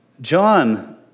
John